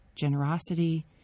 generosity